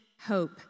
hope